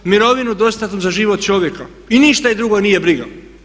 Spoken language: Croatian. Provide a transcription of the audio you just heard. Mirovinu dostatnu za život čovjeka i ništa ih drugo nije briga.